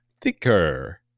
Thicker